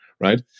right